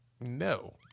No